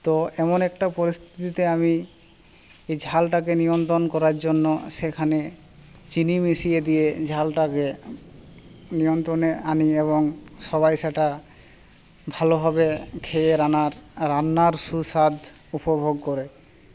তো এমন একটা পরিস্থিতিতে আমি এই ঝালটাকে নিয়ন্ত্রণ করার জন্য সেখানে চিনি মিশিয়ে দিয়ে ঝালটাকে নিয়ন্ত্রণে আনি এবং সবাই সেটা ভালোভাবে খেয়ে রান্নার সুস্বাদ উপভোগ করে